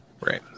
Right